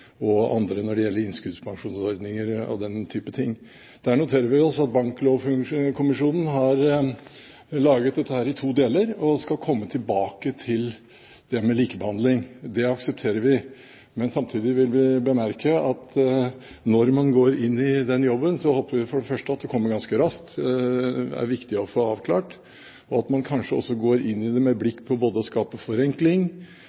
og andre når det gjelder innskuddspensjonsordninger og den type ting. Der noterer vi oss at Banklovkommisjonen har laget dette i to deler og skal komme tilbake til det med likebehandling. Det aksepterer vi. Men samtidig vil vi bemerke at når man går inn i den jobben, håper vi for det første at det kommer ganske raskt – det er viktig å få det avklart – og at man kanskje også går inn i det med